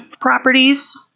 properties